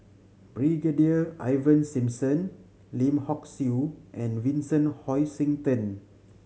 Brigadier Ivan Simson Lim Hock Siew and Vincent Hoisington